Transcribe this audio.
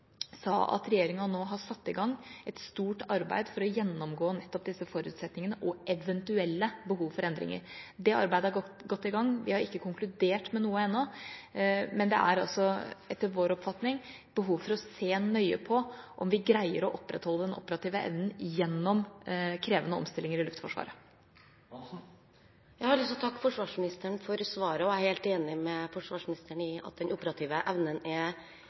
sa at regjeringa nå har satt i gang et stort arbeid for å gjennomgå nettopp disse forutsetningene og eventuelle behov for endringer. Det arbeidet er godt i gang. Vi har ikke konkludert med noe ennå, men det er etter vår oppfatning behov for å se nøye på om vi greier å opprettholde den operative evnen gjennom krevende omstillinger i Luftforsvaret. Jeg har lyst til å takke forsvarsministeren for svaret. Jeg er helt enig med henne i at den operative evnen er